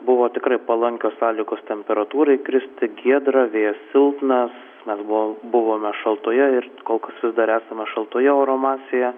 buvo tikrai palankios sąlygos temperatūrai kristi giedra vėjas silpnas mes buvom buvome šaltoje ir kol kas vis dar esame šaltoje oro masėje